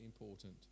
important